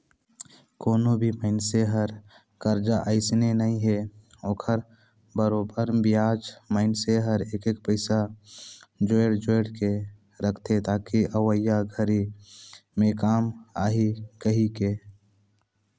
कोनो भी मइनसे हर करजा अइसने नइ हे ओखर बरोबर बियाज मइनसे हर एक एक पइसा जोयड़ जोयड़ के रखथे ताकि अवइया घरी मे काम आही कहीके